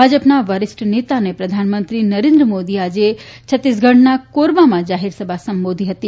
ભાજપના વરિષ્ઠ નેતા અને પ્રધાનમંત્રી નરેન્દ્ર મોદીએ આજે છત્તીસગઢના કોરબામાં જાહેરસભા સંબોધી હતી